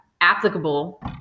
applicable